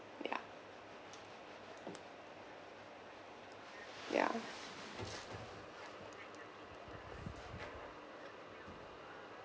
ya ya